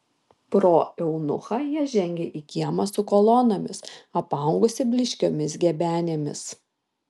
pro eunuchą jie žengė į kiemą su kolonomis apaugusį blyškiomis gebenėmis